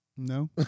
No